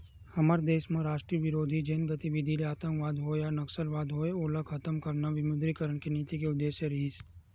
हमर देस म राष्ट्रबिरोधी जेन गतिबिधि हे आंतकवाद होय या नक्सलवाद होय ओला खतम करना विमुद्रीकरन के नीति के उद्देश्य रिहिस